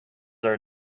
are